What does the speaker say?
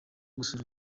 gusura